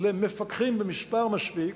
למפקחים במספר מספיק,